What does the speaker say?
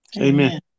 Amen